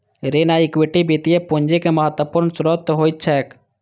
ऋण आ इक्विटी वित्तीय पूंजीक महत्वपूर्ण स्रोत होइत छैक